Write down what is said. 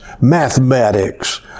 mathematics